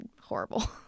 horrible